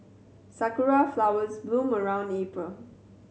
sakura flowers bloom around April